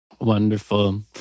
Wonderful